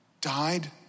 died